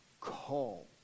Call